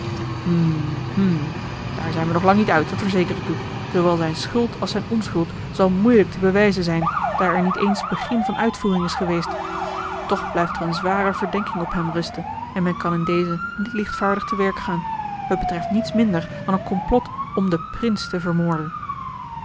hm daar zijn we nog lang niet dat verzeker ik u zoowel zijne schuld als zijne onschuld zal moeielijk te bewijzen zijn daar er niet eens begin van uitvoering is geweest toch blijft er eene zware verdenking op hem rusten en men kan in dezen niet lichtvaardig te werk gaan het betreft niets minder dan een complot om den prins te vermoorden